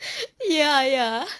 ya ya